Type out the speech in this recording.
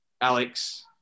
alex